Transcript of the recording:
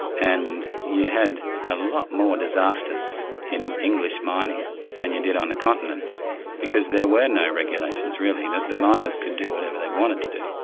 and you had a lot more disasters in english mining than you did on the continent because there were no regulations really. the miners could do whatever they wanted to do.